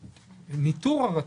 גם הניטור הרציף,